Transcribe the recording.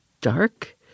dark